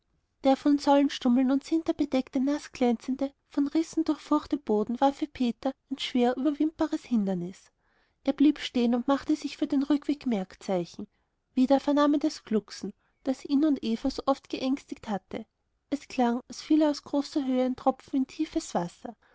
der von säulenstummeln und sinter bedeckte naßglänzende von rissen durchfurchte boden war für peter ein schwer überwindbares hindernis er blieb stehen und machte sich für den rückweg merkzeichen wieder vernahm er das glucksen das ihn und eva so oft geängstigt hatte es klang als fiele aus großer höhe ein tropfen in ein tiefes wasser